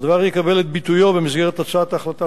והדבר יקבל את ביטויו במסגרת הצעת החלטה